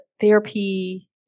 Therapy